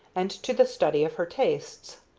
and to the study of her tastes.